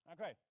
Okay